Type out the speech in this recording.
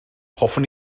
hoffwn